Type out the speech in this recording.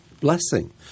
blessing